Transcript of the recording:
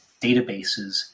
databases